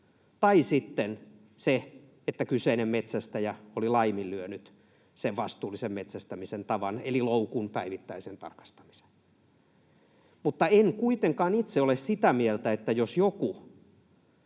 tai sitten se, että kyseinen metsästäjä oli laiminlyönyt sen vastuullisen metsästämisen tavan eli loukun päivittäisen tarkastamisen. Mutta en kuitenkaan itse ole sitä mieltä, että jos joku